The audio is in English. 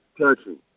touching